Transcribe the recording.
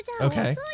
Okay